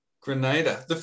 Grenada